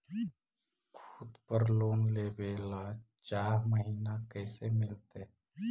खूत पर लोन लेबे ल चाह महिना कैसे मिलतै?